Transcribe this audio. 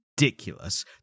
ridiculous